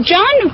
John